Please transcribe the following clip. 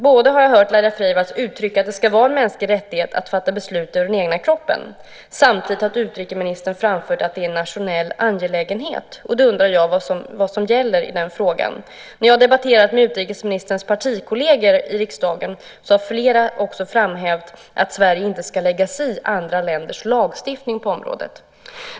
Jag har hört Laila Freivalds uttrycka att det ska vara en mänsklig rättighet att fatta beslut över den egna kroppen. Samtidigt har utrikesministern framfört att det är en nationell angelägenhet. Då undrar jag vad som gäller i den frågan. När jag har debatterat med utrikesministerns partikolleger i riksdagen har flera också framhävt att Sverige inte ska lägga sig i andra länders lagstiftning på området.